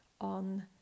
on